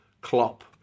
Klopp